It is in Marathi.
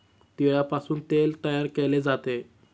तिळापासून तेल तयार केले जाते